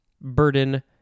burden